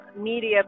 media